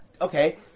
Okay